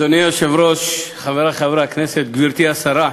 אדוני היושב-ראש, חברי חברי הכנסת, גברתי השרה,